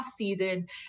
offseason